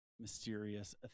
Mysterious